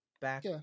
back